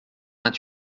vingt